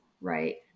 Right